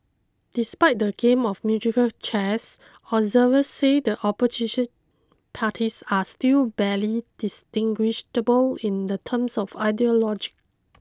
despite the game of musical chairs observers say the opposition parties are still barely distinguishable in the terms of ideology